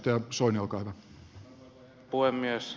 arvoisa herra puhemies